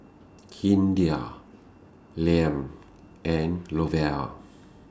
Hideo Lem and Lavelle